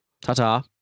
Ta-ta